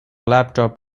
laptop